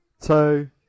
two